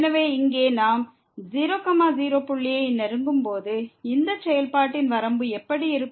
எனவே இங்கே நாம் 0 0 புள்ளியை நெருங்கும்போது இந்த செயல்பாட்டின் வரம்பு எப்படி இருக்கும்